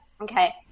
Okay